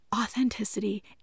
Authenticity